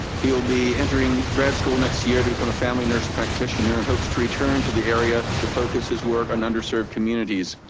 he will be entering grad school next year to become a family nurse practitioner and hopes to return to the area to focus his work on underserved communities.